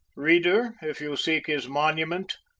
reader, if you seek his monument,